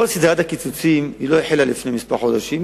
כל סדרת הקיצוצים לא החלה לפני כמה חודשים,